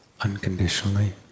unconditionally